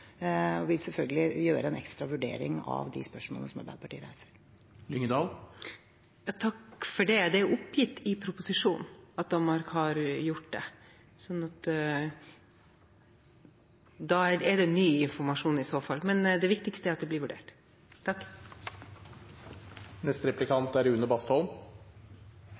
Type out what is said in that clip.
og vil selvfølgelig gjøre en ekstra vurdering av de spørsmålene som Arbeiderpartiet reiser. Det er oppgitt i proposisjonen at Danmark har gjort det, så da er det i så fall ny informasjon. Men det viktigste er at det blir vurdert.